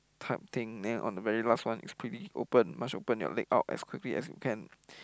type thing then on the very last one is open must open your leg out as quickly as you can